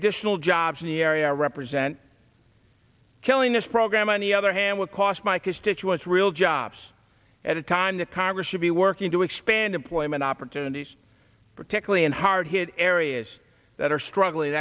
additional jobs in the area represent killing this program on the other hand would cost my constituents real jobs at a time that congress should be working to expand employment opportunities particularly in hard hit areas that are struggling